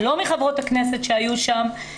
לא מחברות הכנסת שהיו שם,